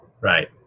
Right